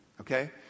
Okay